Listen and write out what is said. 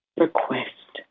Request